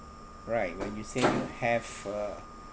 right when you say you have a